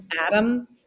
Adam